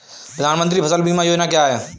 प्रधानमंत्री फसल बीमा योजना क्या है?